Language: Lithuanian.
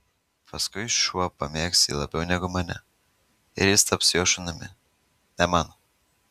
paskui šuo pamėgs jį labiau negu mane ir jis taps jo šunimi ne mano